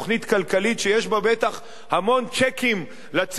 כלכלית שיש בה בטח המון צ'קים לציבור,